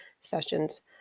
sessions